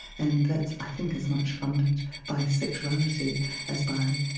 and that's i think as much funded by sexuality as by,